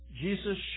Jesus